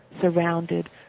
surrounded